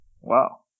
Wow